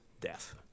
death